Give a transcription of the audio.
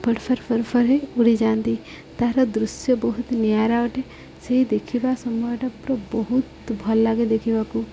for ଫର୍ ଫର୍ ହେଇ ଉଡ଼ିଯାଆନ୍ତି ତହାର ଦୃଶ୍ୟ ବହୁତ ନିଆରା ଅଟେ ସେଇ ଦେଖିବା ସମୟଟା ପୁରା ବହୁତ ଭଲ ଲାଗେ ଦେଖିବାକୁ